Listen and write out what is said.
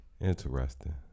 interesting